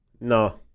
No